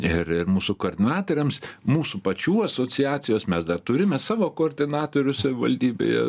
ir ir mūsų koordinatoriams mūsų pačių asociacijos mes dar turime savo koordinatorių savivaldybėje